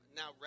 now